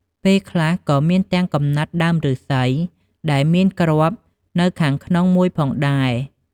ពេលខ្លះក៏មានទាំងកំណាត់ដើមឫស្សីដែលមានគ្រាប់នៅខាងក្នុង១ផងដែរ ។